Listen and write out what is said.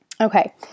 Okay